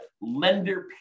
lender